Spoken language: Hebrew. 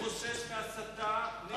אני חושש מהסתה נגד מדינת ישראל.